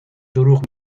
دروغ